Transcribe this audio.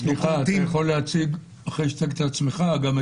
סליחה אתה יכול להציג את החברה?